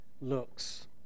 looks